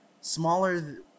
smaller